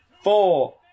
Four